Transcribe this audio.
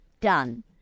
done